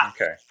Okay